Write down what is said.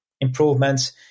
improvements